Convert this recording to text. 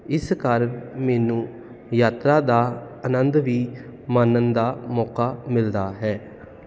ਇਸ ਕਾਰਨ ਮੈਨੂੰ ਯਾਤਰਾ ਦਾ ਅਨੰਦ ਵੀ ਮਾਨਣ ਦਾ ਮੌਕਾ ਮਿਲਦਾ ਹੈ